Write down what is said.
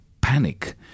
panic